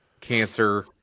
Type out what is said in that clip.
cancer